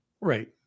right